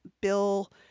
bill